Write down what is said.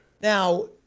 Now